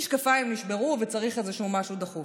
המשקפיים נשברו וצריך משהו דחוף.